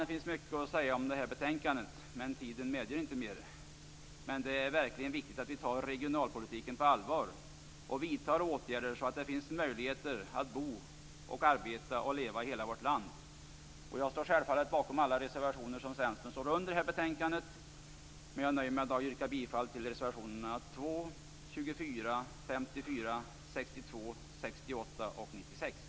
Det finns mycket att säga om detta betänkande, men tiden medger inte mer. Det är verkligen viktigt att vi tar regionalpolitiken på allvar och vidtar åtgärder så att det finns möjligheter att bo, arbeta och leva i hela vårt land. Jag står självfallet bakom samtliga reservationer som Centern står bakom i betänkandet, men jag nöjer mig med att yrka bifall till reservationerna 2, 24, 54, 62, 68 och